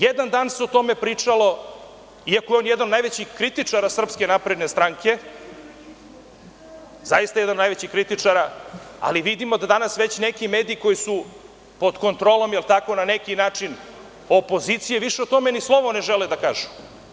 Jedan dan se o tome pričalo, iako je on jedan od najvećih kritičara SNS, zaista jedan od najvećih kritičara, ali vidimo da danas već neki mediji koji su pod kontrolom, jel tako, na neki način, opozicije više o tome ni slovo ne žele da kažu.